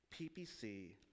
PPC